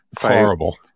horrible